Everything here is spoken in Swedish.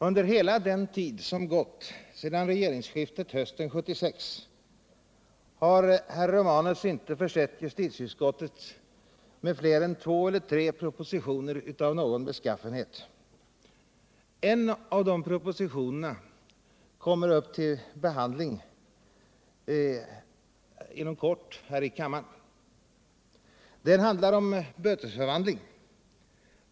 Under hela den tid som gått sedan regeringsskiftet hösten 1976 har herr Romanus inte försett justitieutskottet med fler än två eller tre propositioner av någon beskaffenhet. En av de propositionerna kommer upp till behandling inom kort här i kammaren. Den handlar om bötesförvandling.